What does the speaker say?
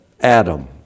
Adam